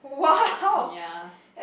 ya